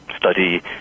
Study